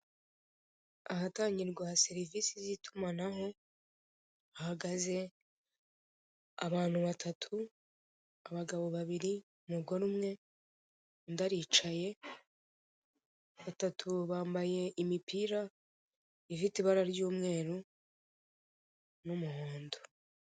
Ahatangirwa serivise z'itumanaho hahagaze abantu batatu, abagabo babiri, n'umugore umwe, undi ari cyaye batatu bambaye imipira ifite ibara ry'umweru n'umuhondo.